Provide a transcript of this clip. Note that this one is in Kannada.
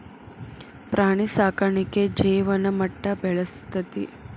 ಪ್ರಾಣಿ ಸಾಕಾಣಿಕೆ ಜೇವನ ಮಟ್ಟಾ ಬೆಳಸ್ತತಿ